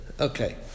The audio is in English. Okay